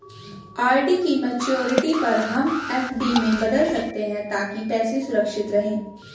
RD की maturity पर हम एफ.डी में बदल सकते है ताकि पैसे सुरक्षित रहें